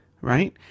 right